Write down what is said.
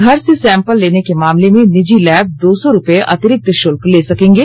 घर से सैंपल लेने के मामले में निजी लैब दो सौ रूपये अतिरिक्त शुल्क ले सकेंगे